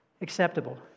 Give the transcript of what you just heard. acceptable